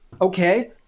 Okay